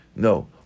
No